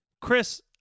Chris